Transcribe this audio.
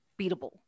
beatable